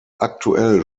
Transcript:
aktuell